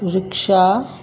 rickshaw